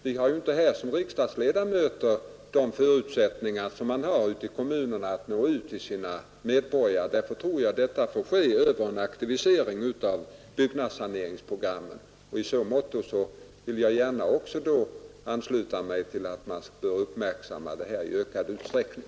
Vi har som riksdagsledamöter inte samma förutsättningar som man har ute i kommunerna att nå fram till medborgarna. Därför tror jag att denna marknadsföring får ske över en aktivisering av byggnadssaneringsprogrammen, och jag vill gärna ansluta mig till uppfattningen att man bör uppmärksamma detta i ökad utsträckning.